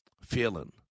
feeling